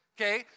okay